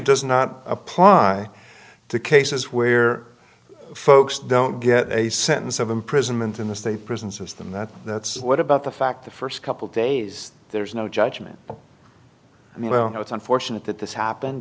does not apply to cases where folks don't get a sentence of imprisonment in the state prison system that that's what about the fact the first couple days there's no judgment i mean i know it's unfortunate that this happened